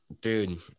Dude